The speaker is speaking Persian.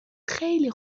خیلی